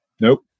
nope